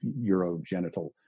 urogenital